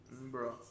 Bro